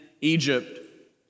Egypt